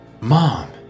Mom